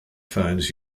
phones